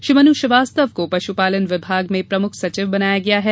श्री मनु श्रीवास्तव को पशुपालन विभाग में प्रमुख सचिव बनाया गया है